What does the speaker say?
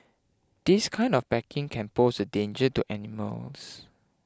this kind of packaging can pose a danger to animals